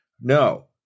No